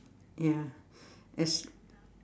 ya as